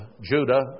Judah